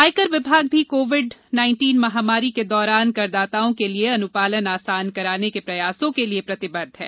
आय कर विभाग कोविड महामारी के दौरान करदाताओं के लिए अन्पालन आसान बनाने के प्रयासों के लिए प्रतिबद्ध है